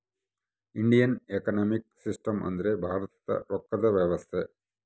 Indian economic system ಅಂದ್ರ ಭಾರತದ ರೊಕ್ಕದ ವ್ಯವಸ್ತೆ